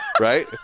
Right